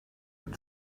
and